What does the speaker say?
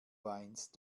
weinst